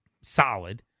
solid